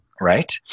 right